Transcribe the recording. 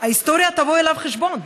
ההיסטוריה תבוא איתו חשבון,